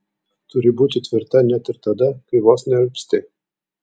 turi būti tvirta net ir tada kai vos nealpsti